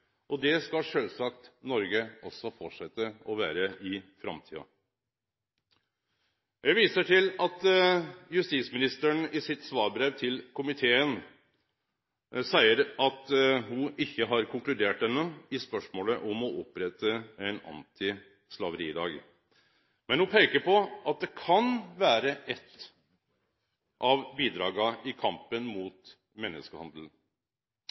og det skal sjølvsagt Noreg fortsetje å vere òg i framtida. Eg viser til at justisministeren i sitt svarbrev til komiteen seier at ho ikkje har konkludert enno i spørsmålet om å opprette ein antislaveridag. Men ho peiker på at det kan vere eit av bidraga i kampen mot menneskehandel.